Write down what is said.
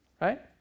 right